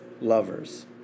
lovers